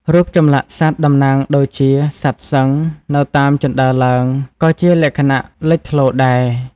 រូបចម្លាក់សត្វតំណាងដូចជា សត្វសិង្ហ នៅតាមជណ្ដើរឡើង ក៏ជាលក្ខណៈលេចធ្លោដែរ។